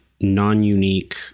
non-unique